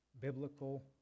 biblical